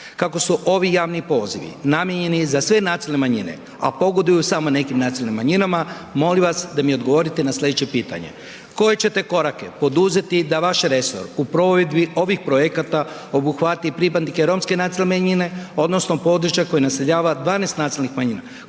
Kako su ovi javni pozivi namijenjeni za sve nacionalne manjine a pogoduju samo nekim nacionalnim manjinama, molim vas da mi odgovorite na slijedeće pitanje. Koje ćete korake poduzeti da vaš resor u provedbi ovih projekata obuhvati pripadnike romske nacionalne manjine odnosno područja koje naseljava 12 nacionalnih manjina